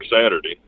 Saturday